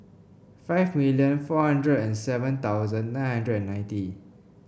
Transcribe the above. five million four hundred and seven thousand nine hundred and ninety